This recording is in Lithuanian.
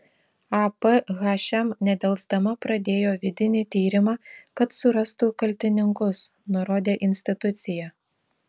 ap hm nedelsdama pradėjo vidinį tyrimą kad surastų kaltininkus nurodė institucija